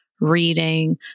reading